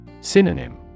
Synonym